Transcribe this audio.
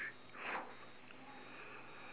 okay found already the last one ah